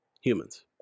Humans